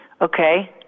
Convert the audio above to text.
Okay